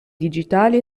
digitali